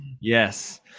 yes